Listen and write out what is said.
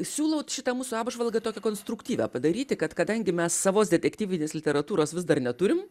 siūlau šitą mūsų apžvalgą tokią konstruktyvią padaryti kad kadangi mes savos detektyvinės literatūros vis dar neturim